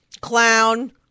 clown